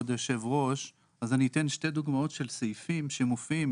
אני אתן שתי דוגמאות לסעיפים שמופיעים.